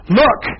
look